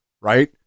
right